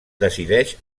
decideix